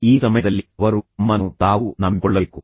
ಈ ಸಮಯದಲ್ಲಿ ಅವರು ತಮ್ಮನ್ನು ತಾವು ನಂಬಿಕೊಳ್ಳಬೇಕು